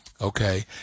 okay